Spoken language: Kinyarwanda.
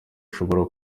ashobora